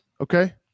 okay